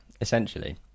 essentially